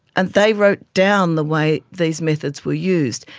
and they wrote down the way these methods were used,